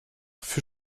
für